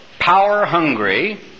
power-hungry